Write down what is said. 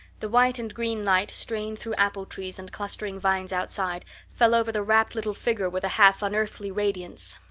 the white and green light strained through apple trees and clustering vines outside fell over the rapt little figure with a half-unearthly radiance.